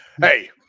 Hey